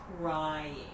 crying